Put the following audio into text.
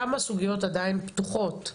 כמה סוגיות עדיין פתוחות?